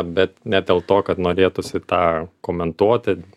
bet ne dėl to kad norėtųsi tą komentuoti